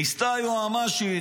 ניסו היועמ"שית